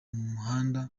muhanda